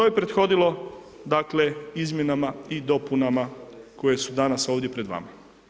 Što je prethodilo, dakle, izmjenama i dopunama koje su danas ovdje pred vama?